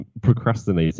procrastinating